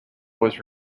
was